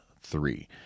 three